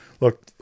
Look